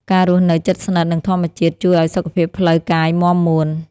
ការរស់នៅជិតស្និទ្ធនឹងធម្មជាតិជួយឱ្យសុខភាពផ្លូវកាយមាំមួន។